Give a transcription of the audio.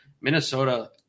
Minnesota –